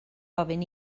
ofyn